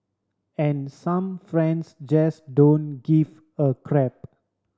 and some friends just don't give a crap